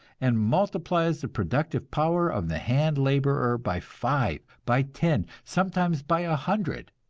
and multiplies the productive power of the hand laborer by five, by ten, sometimes by a hundred.